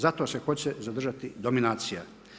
Zato se hoće zadržati dominacija.